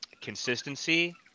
consistency